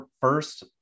first